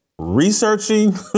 researching